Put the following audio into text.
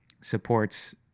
supports